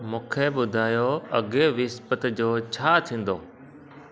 मूंखे ॿुधायो अॻिए विसपति जो छा थींदो